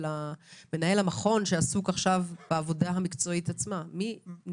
מי אחראי ונמצא שם עם המשפחה